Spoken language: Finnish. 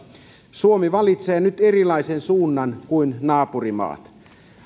suomi valitsee nyt erilaisen suunnan kuin naapurimaat